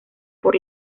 por